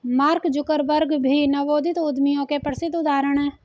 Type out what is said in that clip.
mark Zuckerberg भी नवोदित उद्यमियों के प्रसिद्ध उदाहरण हैं